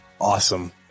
Awesome